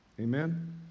Amen